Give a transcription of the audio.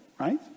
right